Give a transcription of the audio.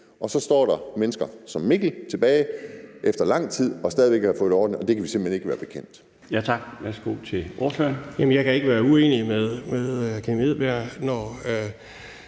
og så står der mennesker som Mikkel tilbage, som efter lang tid stadig væk ikke har fået det ordnet, og det kan vi simpelt hen ikke være bekendt.